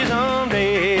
Someday